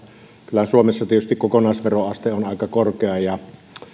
kyllähän suomessa kokonaisveroaste on aika korkea